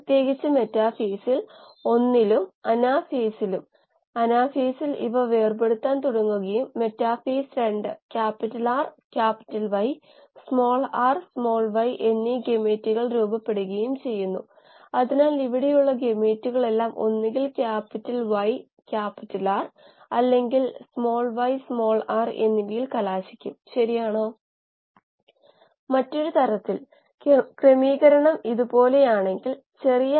B ബാഫലിന്റെ ഘനം ടാങ്കിന്റെ വ്യാസം കൊണ്ട് ഹരിചാൽ 1 ഹരിക്കണം 12 ആയിരിക്കും ഇത് ചെറിയ തോതിൽ അതുപോലെ തന്നെ ജ്യാമിതീയ സമാനതയ്ക്കായി വലിയ തോതിൽ അതുപോലെ നിലനിർത്തണം